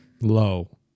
low